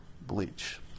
bleach